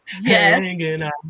Yes